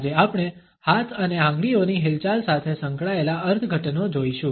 આજે આપણે હાથ અને આંગળીઓની હિલચાલ સાથે સંકળાયેલા અર્થઘટનો જોઈશું